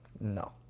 No